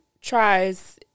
tries